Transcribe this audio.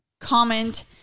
comment